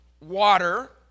water